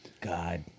God